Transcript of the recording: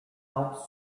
out